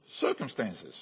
circumstances